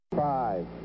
Five